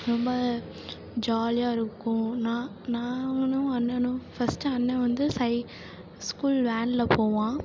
ரொம்ப ஜாலியாக இருக்கும் நான் நானும் அண்ணனும் ஃபர்ஸ்ட்டு அண்ணன் வந்து சை ஸ்கூல் வேனில் போவான்